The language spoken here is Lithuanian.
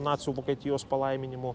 nacių vokietijos palaiminimu